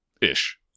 Ish